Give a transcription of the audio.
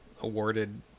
awarded